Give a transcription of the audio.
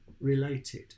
related